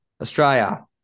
Australia